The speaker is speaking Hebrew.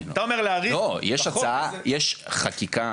לא, יש חקיקה